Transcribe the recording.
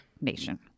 nation